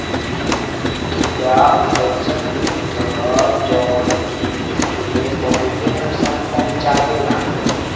टिड्डा अइसन कीट ह जवन खेती के बहुते नुकसान पहुंचावेला